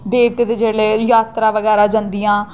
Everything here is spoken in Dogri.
देवते दे जेल्लै जात्तरां बगैरा जंदियां